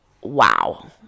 wow